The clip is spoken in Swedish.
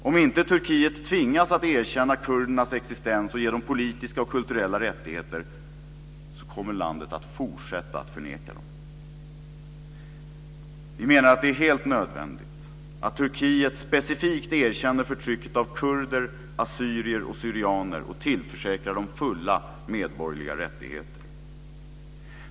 Om inte Turkiet tvingas att erkänna kurdernas existens och ge dem politiska och kulturella rättigheter kommer landet att fortsätta att förneka dem. Vi menar att det är helt nödvändigt att Turkiet specifikt erkänner förtrycket av kurder, assyrier och syrianer och tillförsäkrar dem fulla medborgerliga rättigheter.